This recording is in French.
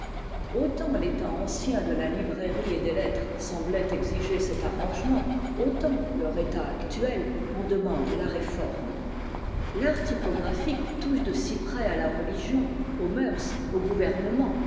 autant l'état ancien de la librairie et des lettres semblait exiger cet arrangement autant leur état actuel en demande la réforme l'art typographique touche de si près à la religion aux mœurs au gouvernement